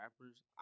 rappers